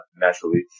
naturally